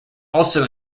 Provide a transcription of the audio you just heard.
also